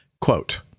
Quote